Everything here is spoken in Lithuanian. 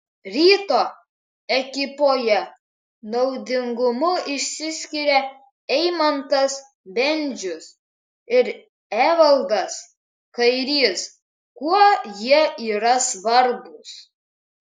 ryto ekipoje naudingumu išsiskiria eimantas bendžius ir evaldas kairys kuo jie yra svarbūs